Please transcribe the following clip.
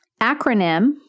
acronym